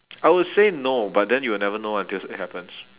I will say no but then you will never know until it's it happens